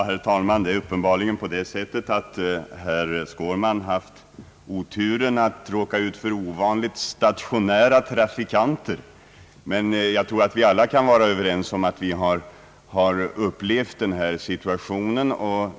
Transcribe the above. Herr talman! Det är uppenbarligen på det sättet att herr Skårman haft oturen att råka ut för ovanligt stationära trafikanter, men jag tror att vi alla kan vara överens om att vi har upplevt den här situationen.